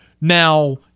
Now